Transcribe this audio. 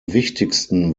wichtigsten